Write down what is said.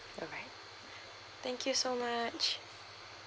bye bye thank you so much